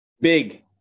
big